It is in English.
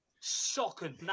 Shocking